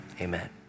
amen